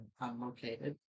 unlocated